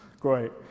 great